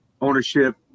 ownership